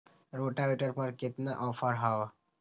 Rotavator पर केतना offer हव?